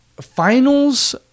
finals